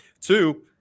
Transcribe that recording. Two